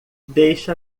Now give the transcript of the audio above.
deixa